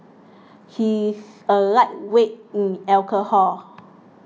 he's a lightweight in alcohol